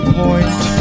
point